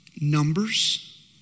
Numbers